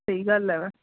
ਸਹੀ ਗੱਲ ਆ ਮੈ